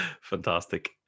Fantastic